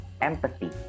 Empathy